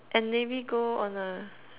and maybe go on a